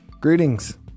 Greetings